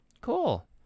Cool